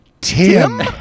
Tim